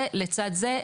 זה לצד זה,